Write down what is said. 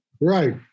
Right